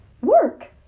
work